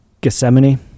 Gethsemane